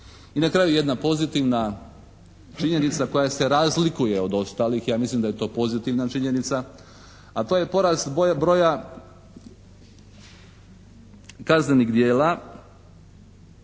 I na kraju jedna pozitivna činjenica koja se razlikuje od ostalih. Ja mislim da je to pozitivna činjenica a to je porast broja kaznenih djela